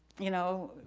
you know,